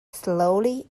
slowly